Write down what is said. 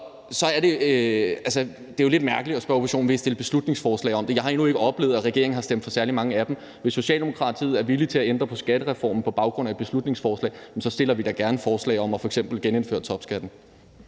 Det er jo lidt mærkeligt at spørge oppositionen: Vil I fremsætte beslutningsforslag om det? Jeg har endnu ikke oplevet, at regeringen har stemt for særlig mange af dem. Hvis Socialdemokratiet er villige til at ændre på skattereformen på baggrund af et beslutningsforslag, fremsætter vi da gerne forslag om f.eks. at genindføre topskatten